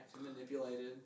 manipulated